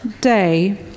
day